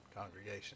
congregation